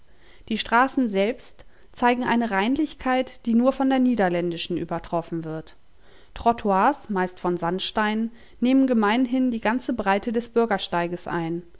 die straßen selbst zeigen eine reinlichkeit die nur von der niederländischen übertroffen wird trottoirs meist von sandstein nehmen gemeinhin die ganze breite des bürgersteiges ein